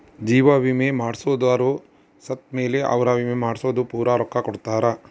ಜೀವ ವಿಮೆ ಮಾಡ್ಸದೊರು ಸತ್ ಮೇಲೆ ಅವ್ರ ವಿಮೆ ಮಾಡ್ಸಿದ್ದು ಪೂರ ರೊಕ್ಕ ಕೊಡ್ತಾರ